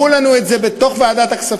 לתמוך בכך.